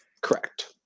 Correct